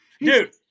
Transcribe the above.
Dude